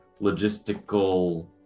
logistical